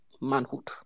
manhood